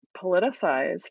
politicized